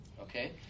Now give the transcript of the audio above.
okay